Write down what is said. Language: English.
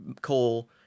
coal